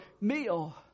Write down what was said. meal